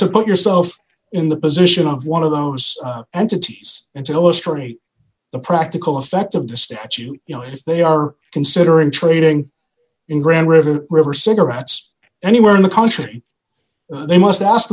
to put yourself in the position of one of those entities and tell a story the practical effect of the statute you know as they are considering trading in grande river river cigarettes anywhere in the country they must ask